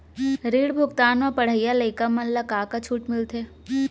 ऋण भुगतान म पढ़इया लइका मन ला का का छूट मिलथे?